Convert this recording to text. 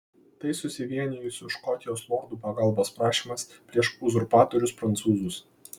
tai susivienijusių škotijos lordų pagalbos prašymas prieš uzurpatorius prancūzus